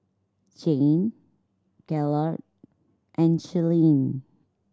Jayne Gaylord and Shirleen